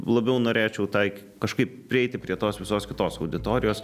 labiau norėčiau tai kažkaip prieiti prie tos visos kitos auditorijos